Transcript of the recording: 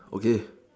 okay